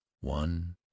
One